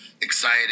excited